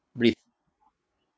breathe